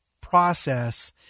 process